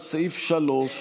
דיאגנוזות מדהימות.